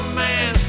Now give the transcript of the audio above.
man